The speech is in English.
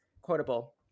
Quotable